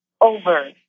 Over